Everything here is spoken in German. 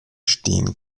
stehen